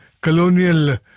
colonial